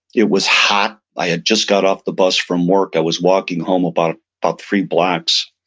it was hot. i had just got off the bus from work. i was walking home about about three blocks.